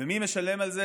ומי משלם על זה?